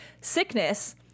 Sickness